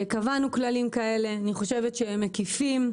קבענו כללים כאלה, אני חושבת שהם מקיפים,